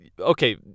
Okay